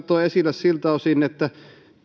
toi esille siltä osin